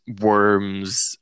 worms